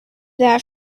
that